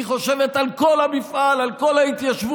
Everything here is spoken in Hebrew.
היא חושבת על כל המפעל, על כל ההתיישבות,